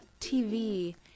tv